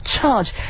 charge